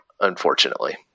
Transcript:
unfortunately